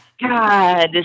God